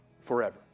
forever